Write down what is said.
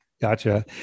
Gotcha